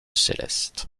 célestes